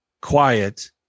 quiet